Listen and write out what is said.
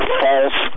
false